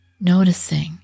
Noticing